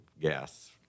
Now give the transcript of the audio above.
gas